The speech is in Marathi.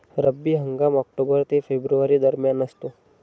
रब्बी हंगाम ऑक्टोबर ते फेब्रुवारी दरम्यान असतो